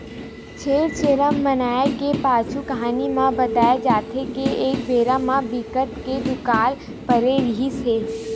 छेरछेरा मनाए के पाछू कहानी म बताए जाथे के एक बेरा म बिकट के दुकाल परे रिहिस हे